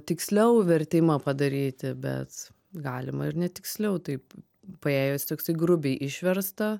tiksliau vertimą padaryti bet galima ir ne tiksliau taip paėjus toksai grubiai išversta